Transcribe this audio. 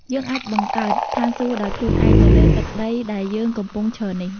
យើងអាចបង្កើត "ឋានសួគ៌" ដោយខ្លួនឯង នៅលើទឹកដីដែលយើងកំពុងឈរនេះ។